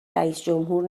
رییسجمهور